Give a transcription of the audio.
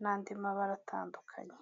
n'andi mabara atandukanye.